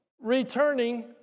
returning